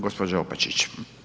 Gospođa Opačić.